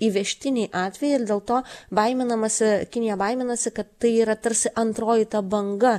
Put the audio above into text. įvežtiniai atvejai ir dėl to baiminamasi kinija baiminasi kad tai yra tarsi antroji ta banga